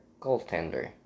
goaltender